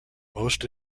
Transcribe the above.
most